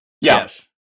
Yes